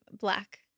black